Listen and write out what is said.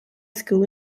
school